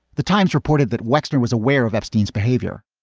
the times reported that wexner was aware of epstein's behaviour